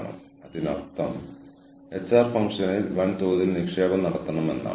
ഞാൻ ഉദ്ദേശിക്കുന്നത് ഇന്ന് ചെയ്യാനുള്ളതിൽ എത്രത്തോളം പ്രവർത്തനക്ഷമമാണ് എത്രത്തോളം തന്ത്രപരമാണ്